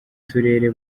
turere